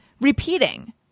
repeating